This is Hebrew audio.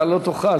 אתה לא תוכל,